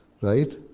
Right